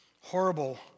horrible